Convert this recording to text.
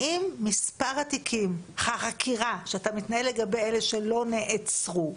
האם מספר התיקים או החקירות לגבי אלה שלא נעצרו,